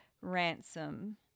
ransom